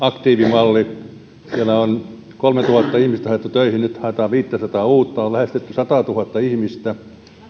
aktiivimalli siellä on kolmetuhatta ihmistä haettu töihin nyt haetaan viittäsataa uutta on lähestytty sataatuhatta ihmistä heitä